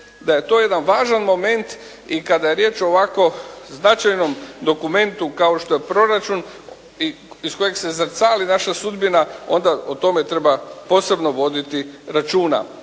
da je to jedan važan moment i kada je riječ o ovako značajnom dokumentu kao što je proračun i iz kojeg se zrcali naša sudbina, onda o tome treba posebno voditi računa.